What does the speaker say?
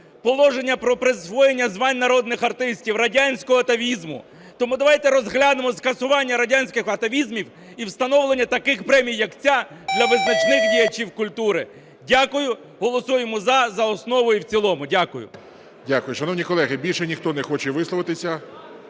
положення про присвоєння звань народних артистів радянського атавізму. Тому давайте розглянемо скасування радянських атавізмів, і встановлення таких премій як ця для визначних діячів культури. Дякую. Голосуємо "за" за основу і в цілому. ГОЛОВУЮЧИЙ. Дякую. Шановні колеги, більше ніхто не хоче висловитися?